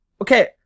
okay